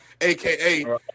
AKA